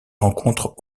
rencontrent